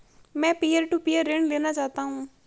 मैं peer to peer ऋण लेना चाहता हूँ